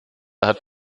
hat